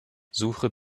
suche